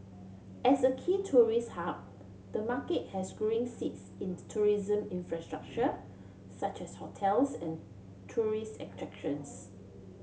as a key tourist hub the market has growing needs in tourism infrastructure such as hotels and tourist attractions